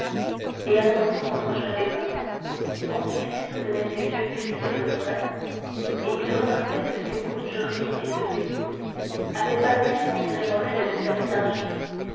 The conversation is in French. en annonçant son prochain départ monte cristo tenait ses yeux fixés sur morrel et il remarqua que ces mots j'aurai quitté ce pays avaient passé sans tirer morrel de sa léthargie